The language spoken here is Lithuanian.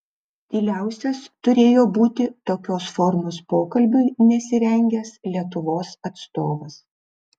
tyliausias turėjo būti tokios formos pokalbiui nesirengęs lietuvos atstovas